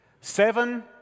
Seven